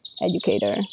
educator